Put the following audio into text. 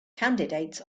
candidates